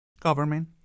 Government